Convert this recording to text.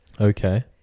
Okay